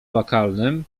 lokalnym